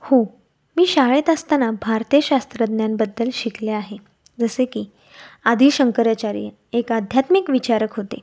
हो मी शाळेत असताना भारतीय शास्त्रज्ञांबद्दल शिकले आहे जसे की आदिशंकरचार्य एक आध्यात्मिक विचारक होते